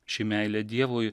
ši meilė dievui